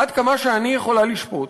עד כמה שאני יכולה לשפוט,